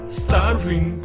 starving